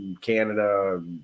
canada